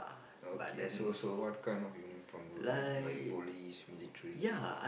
okay so so what kind of uniform look like like police military